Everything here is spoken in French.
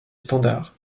standards